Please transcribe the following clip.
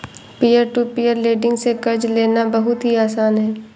peer to peer lending से कर्ज लेना बहुत ही आसान है